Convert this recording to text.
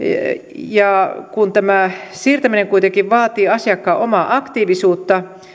ja kun siirtäminen kuitenkin vaatii asiakkaan omaa aktiivisuutta